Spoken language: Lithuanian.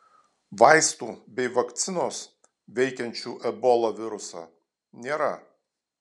vaistų bei vakcinos veikiančių ebola virusą nėra